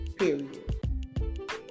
Period